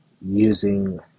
using